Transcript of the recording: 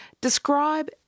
describe